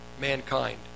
mankind